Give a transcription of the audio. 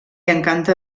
encanta